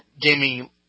gaming